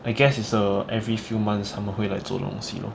I guess is a every few months 他们会来做东西 lor